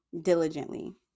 diligently